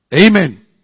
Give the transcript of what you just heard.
Amen